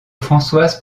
françoise